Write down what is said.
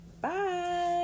Bye